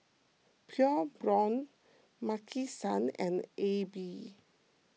Pure Blonde Maki San and Aibi